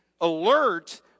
alert